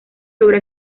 sobre